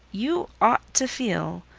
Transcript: you ought to feel,